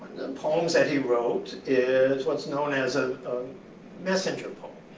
poems that he wrote is what's known as a messenger poem.